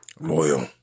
loyal